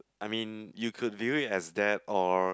I mean you could view it as that or